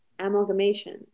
amalgamation